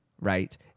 right